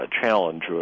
challenge